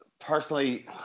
personally